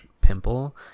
pimple